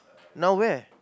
now where